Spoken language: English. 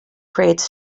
create